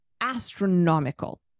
astronomical